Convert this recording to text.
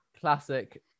Classic